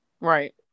Right